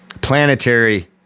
planetary